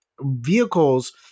vehicle's